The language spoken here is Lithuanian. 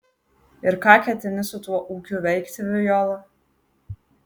ir ką ketini su tuo ūkiu veikti viola